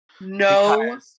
No